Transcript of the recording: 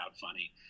funny